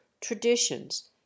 traditions